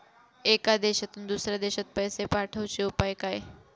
एका देशातून दुसऱ्या देशात पैसे पाठवचे उपाय काय?